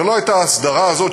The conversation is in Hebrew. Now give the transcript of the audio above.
ולא הייתה ההסדרה הזאת,